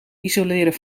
isoleren